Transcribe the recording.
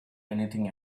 anything